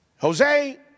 Jose